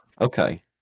okay